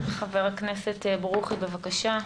חבר הכנסת ברוכי, בבקשה.